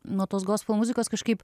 nuo tos gospel muzikos kažkaip